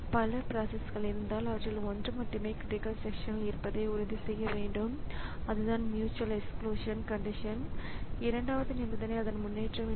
பல சிக்கல்களைப் பொறுத்து சில கம்ப்யுட்டர் ஆர்கிடெக்சர் வகுப்புகள் அல்லது மைக்ரோப்ராஸஸர் வகுப்புகளில் அந்த விவாதத்தை நீங்கள் விரிவாகப் பெறலாம்